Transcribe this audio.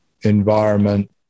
environment